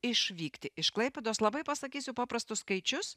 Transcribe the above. išvykti iš klaipėdos labai pasakysiu paprastus skaičius